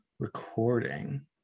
recording